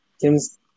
Kim's